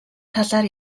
талаар